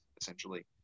essentially